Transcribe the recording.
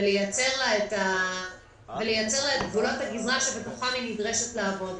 ולייצר לה את גבולות הגזרה שבהם היא נדרשת לעבוד,